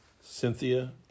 Cynthia